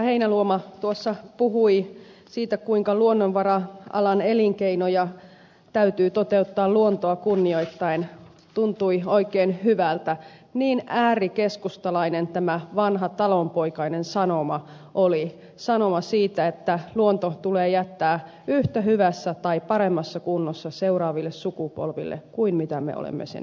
heinäluoma tuossa puhui siitä kuinka luonnonvara alan elinkeinoja täytyy toteuttaa luontoa kunnioittaen tuntui oikein hyvältä niin äärikeskustalainen tämä vanha talonpoikainen sanoma oli sanoma siitä että luonto tulee jättää yhtä hyvässä tai paremmassa kunnossa seuraaville sukupolville kuin missä me olemme sen itse saaneet